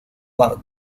bart